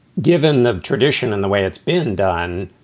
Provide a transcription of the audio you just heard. given the tradition and the way it's been done,